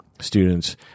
Students